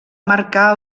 marcar